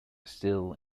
still